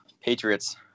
Patriots